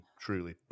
truly